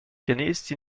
pianiste